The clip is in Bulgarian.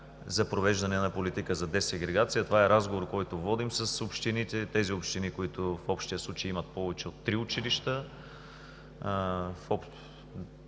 за провеждане на политика за десегрегация. Това е разговор, който водим с общините. Тези общини, които в общия случай имат повече от три училища,